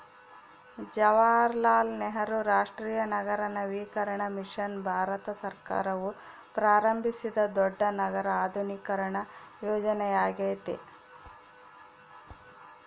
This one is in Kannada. ಜವಾಹರಲಾಲ್ ನೆಹರು ರಾಷ್ಟ್ರೀಯ ನಗರ ನವೀಕರಣ ಮಿಷನ್ ಭಾರತ ಸರ್ಕಾರವು ಪ್ರಾರಂಭಿಸಿದ ದೊಡ್ಡ ನಗರ ಆಧುನೀಕರಣ ಯೋಜನೆಯ್ಯಾಗೆತೆ